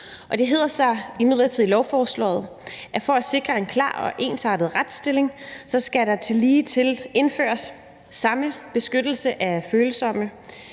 Det hedder sig imidlertid i lovforslaget, at for at sikre en klar og ensartet retsstilling, skal der tillige indføres samme beskyttelse af følsomme